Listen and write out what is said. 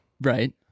Right